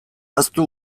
ahaztu